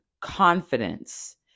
confidence